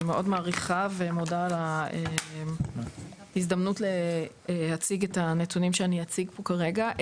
אני מאוד מעריכה ומודה על ההזדמנות להציג את הנתונים שאני אציג פה כרגע,